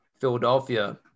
Philadelphia